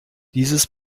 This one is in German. dieses